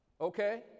Okay